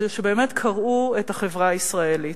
אלא שבאמת קרעו את החברה הישראלית.